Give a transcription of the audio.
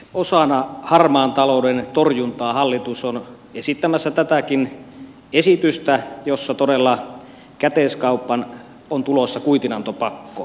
osana harmaan talouden torjuntaa hallitus on esittämässä tätäkin esitystä jossa todella käteiskauppaan on tulossa kuitinantopakko